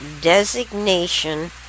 designation